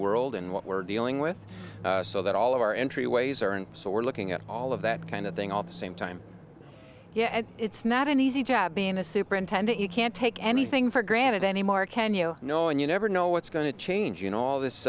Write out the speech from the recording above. world and what we're dealing with so that all of our entry ways are and so we're looking at all of that kind of thing all the same time yet it's not an easy job being a superintendent you can't take anything for granted any more can you know and you never know what's going to change you know all this